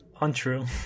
untrue